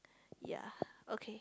ya okay